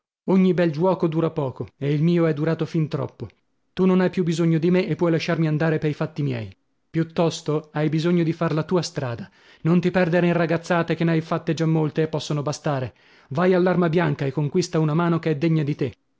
ogni bel giuoco dura poco e il mio è durato fin troppo tu non hai più bisogno di me e puoi lasciarmi andare pei fatti miei piuttosto hai bisogno di far la tua strada non ti perdere in ragazzate che n'hai fatte già molte e possono bastare vai all'arma bianca e conquista una mano che è degna di te